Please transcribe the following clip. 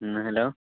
ہوں ہیلو